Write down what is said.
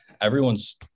everyone's